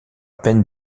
peine